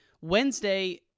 Wednesday